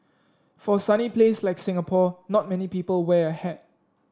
for sunny place like Singapore not many people wear a hat